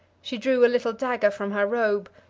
she drew a little dagger from her robe,